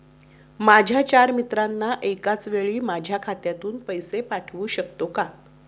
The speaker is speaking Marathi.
माझ्या चार मित्रांना एकाचवेळी माझ्या खात्यातून पैसे पाठवू शकतो का?